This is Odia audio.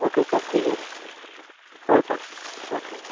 ଓକେ ସାର୍ ଠିକ୍ ଅଛି ହଉ ସାର୍ ରଖିଲି